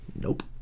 Nope